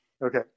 Okay